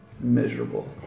Miserable